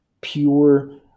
pure